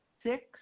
six